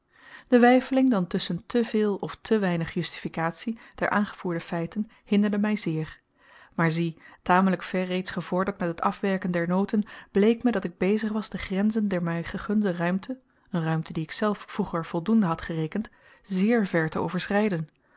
de weifeling dan tusschen te veel of te weinig justificatie der aangevoerde feiten hinderde my zeer maar zie tamelyk ver reeds gevorderd met het afwerken der noten bleek me dat ik bezig was de grenzen der my gegunde ruimte een ruimte die ik zelf vroeger voldoende had gerekend zeer ver te overschryden